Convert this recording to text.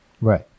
Right